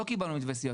לא קיבלנו מתווה סיוע.